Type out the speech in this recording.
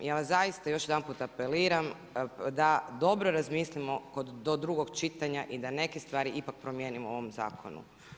Ja zaista još jedanput apeliram da dobro razmislimo do drugog čitanja i da neke stvari ipak promijenimo u ovom zakonu.